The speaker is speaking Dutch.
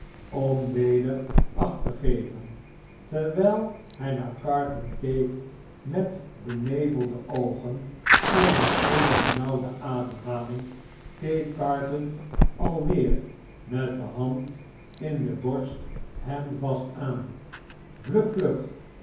om weder acht te geven terwh'l hij naar carton keek met benevelde oogen en met eene benauwde ademhaling keek carton alweer met de hand in de borst hem vast aan vlugr vlug